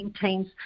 teams